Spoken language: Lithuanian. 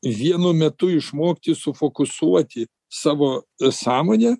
vienu metu išmokti sufokusuoti savo sąmonę